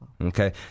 Okay